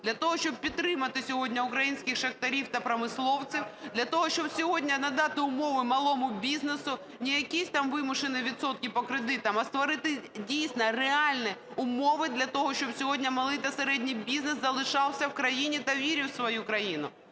для того, щоб підтримати сьогодні українських шахтарів та промисловців, для того, щоб сьогодні надати умови малому бізнесу, не якісь там вимушені відсотки по кредитам, а створити дійсно реальні умови для того, щоб сьогодні малий та середній бізнес залишався в країні та вірив в свою країну.